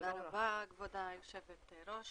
תודה רבה, כבוד היושבת-ראש.